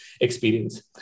experience